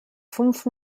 fünf